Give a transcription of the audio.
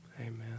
Amen